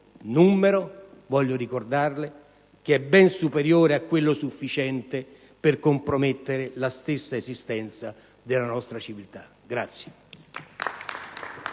lo voglio ricordare, è ben superiore a quello sufficiente per compromettere la stessa esistenza della nostra civiltà.